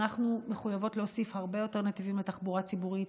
אנחנו מחויבות להוסיף הרבה יותר נתיבים לתחבורה הציבורית,